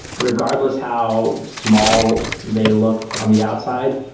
regardless how small they looked on the outside,